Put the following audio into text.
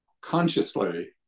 consciously